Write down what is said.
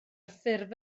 ffurf